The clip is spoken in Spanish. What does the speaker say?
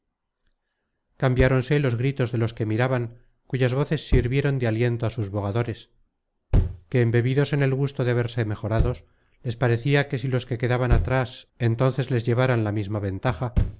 todas cambiáronse los gritos de los que miraban cuyas voces sirvieron de aliento á sus bogadores que embebidos en el gusto de verse mejorados les parecia que si los que quedaban atras entonces les llevaran la misma ventaja